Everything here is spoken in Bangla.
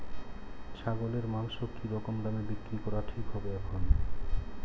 ছাগলের মাংস কী রকম দামে বিক্রি করা ঠিক হবে এখন?